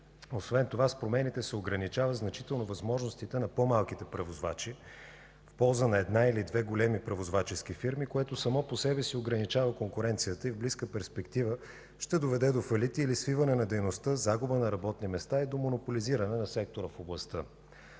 Освен това с промените се ограничават значително възможностите на по-малките превозвачи в полза на една или две големи превозвачески фирми, което само по себе си ограничава конкуренцията и в близка перспектива ще доведе до фалити или свиване на дейността, загуба на работни места и до монополизиране на сектора в областта.